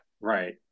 right